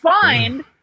find